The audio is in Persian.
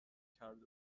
کرده